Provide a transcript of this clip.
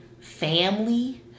family